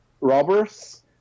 robbers